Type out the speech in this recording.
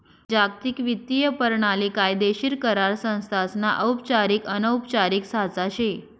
जागतिक वित्तीय परणाली कायदेशीर करार संस्थासना औपचारिक अनौपचारिक साचा शे